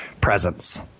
presence